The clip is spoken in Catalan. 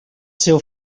seu